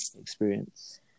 experience